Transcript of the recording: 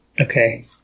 Okay